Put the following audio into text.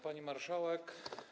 Pani Marszałek!